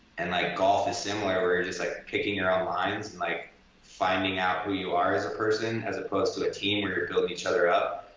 and like golf is similar where you're just like like picking your own lines and like finding out who you are as a person, as opposed to a team where you're building each other up.